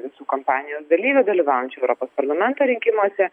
visų kampanijos dalyvių dalyvaujančių europos parlamento rinkimuose